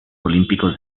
olímpicos